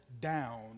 down